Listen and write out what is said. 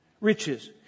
Riches